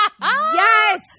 yes